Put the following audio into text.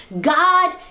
God